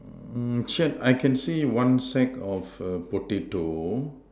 mm shack I can see one sack of err potato